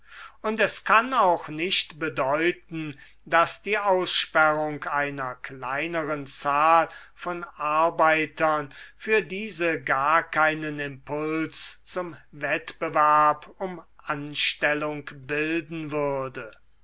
und es kann auch nicht bedeuten daß die aussperrung einer kleineren zahl von arbeitern für diese gar keinen impuls zum wettbewerb um anstellung bilden würde